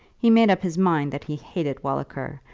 he made up his mind that he hated walliker,